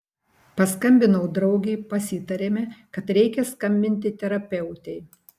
paskambinau draugei pasitarėme kad reikia skambinti terapeutei